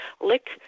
lick